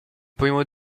primo